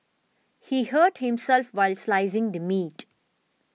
he hurt himself while slicing the meat